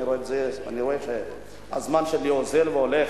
אני רואה שהזמן שלי אוזל והולך.